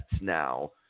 now